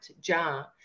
jar